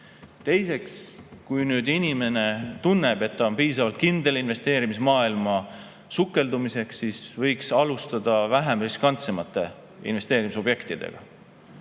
Teiseks, kui inimene tunneb, et ta on piisavalt kindel investeerimismaailma sukeldumiseks, siis võiks alustada vähem riskantsete investeerimisobjektidega.